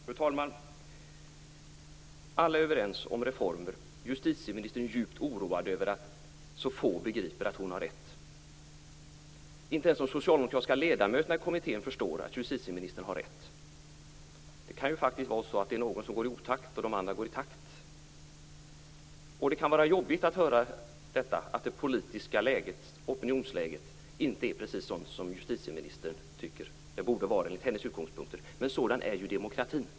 Fru talman! Alla är överens om det här med reformer. Justitieministern är djupt oroad över att så få begriper att hon har rätt. Inte ens de socialdemokratiska ledamöterna i kommittén förstår att justitieministern har rätt. Det kan ju faktiskt vara så att det är någon som går i otakt och de andra går i takt. Det kan vara jobbigt att höra detta; att det politiska opinionsläget inte är precis så som justitieministern tycker att det enligt hennes utgångspunkter borde vara. Men sådan är ju demokratin.